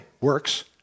works